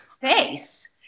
face